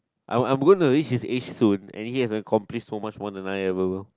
I I'm going to reach his age soon and he has complete so much than I ever will